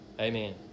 Amen